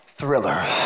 Thrillers